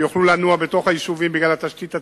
שיוכלו לנוע בתוך היישובים, בגלל התשתית הצרה.